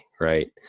right